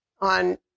on